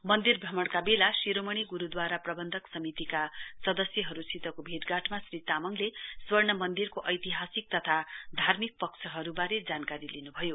मन्दिर भ्रमणका बेला शिरोमणि ग्रूद्वारा प्रवन्धक समितिका सदस्यहरूसितको भेटघाटमा श्री तामङले स्वर्ण मन्दिरको ऐतिहासिक तथा धार्मिक पक्षहरूबारे जानकारी लिन्भयो